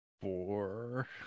Four